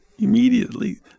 immediately